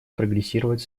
прогрессировать